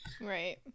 Right